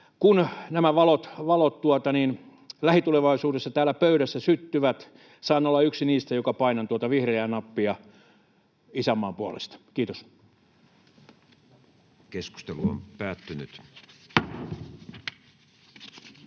kun nämä valot lähitulevaisuudessa täällä pöydässä syttyvät, saan olla yksi niistä, joka painaa tuota vihreää nappia isänmaan puolesta. — Kiitos. [Speech 106]